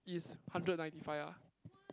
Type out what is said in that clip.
is hundred ninety five ah